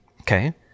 Okay